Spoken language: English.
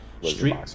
street